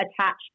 attached